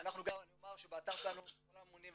אני אומר שבאתר שלנו כל הממונים,